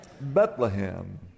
Bethlehem